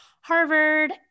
Harvard